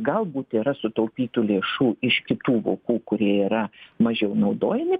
galbūt yra sutaupytų lėšų iš kitų vokų kurie yra mažiau naudojami